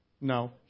No